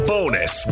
Bonus